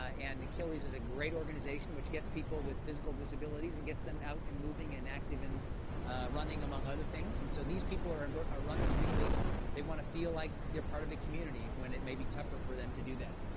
ah and achilles is a great organization which gets people with physical disabilities and gets them out and moving and active and running among other things. and so these people are ah runners, because they want to feel like they're part of a community when it may be tougher for them to do that.